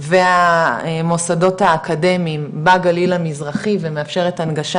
והמוסדות האקדמיים בגליל המזרחי ומאפשרת הנגשה